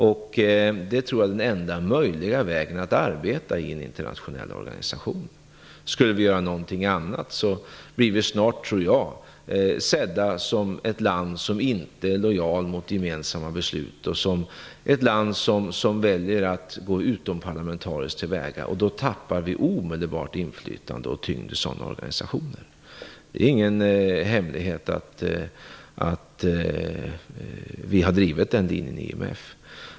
Jag tror att detta är det enda möjliga sättet att arbeta i en internationell organisation. Skulle vi göra något annat, tror jag att Sverige snart skulle bli sett som ett land som inte är lojalt mot gemensamma beslut och som väljer att gå utomparlamentariskt till väga. Då skulle vi omedelbart förlora inflytande och tyngd i sådana organisationer. Den linje som vi har drivit i IMF är ingen hemlighet.